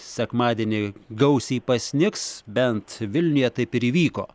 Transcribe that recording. sekmadienį gausiai pasnigs bent vilniuje taip ir įvyko